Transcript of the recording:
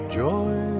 joy